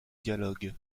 dialogue